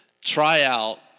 tryout